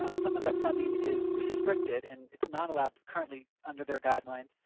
some of that funding is restricted, and it's not allowed to currently, under their guidelines,